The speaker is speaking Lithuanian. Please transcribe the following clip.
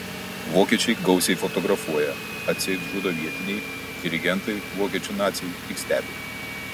vokiečiai gausiai fotografuoja atseit žudo vietiniai dirigentai vokiečių naciai tik stebi